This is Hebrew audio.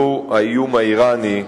והוא האיום האירני,